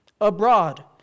abroad